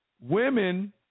Women